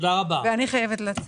ואני חייבת לצאת.